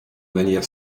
manière